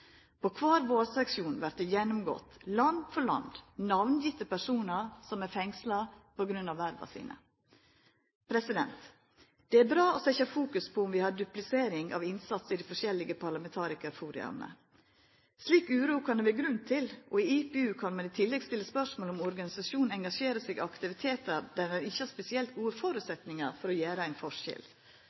På kvar vårsesjon vert det gjennomgått – land for land – namngjevne personar som er fengsla på grunn av verva sine. Det er bra å setja fokus på om vi har duplisering av innsats i dei forskjellige parlamentarikarfora. Slik uro kan det vera grunn til, og i IPU kan ein i tillegg stilla spørsmål om organisasjonen engasjerer seg i aktivitetar der ein ikkje har spesielt gode føresetnader for å gjera ein forskjell.